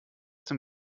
dem